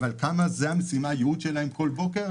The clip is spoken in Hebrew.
אבל כמה אנשים זה הייעוד שלהם בכל בוקר?